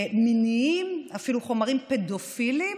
מיניים, אפילו חומרים פדופיליים,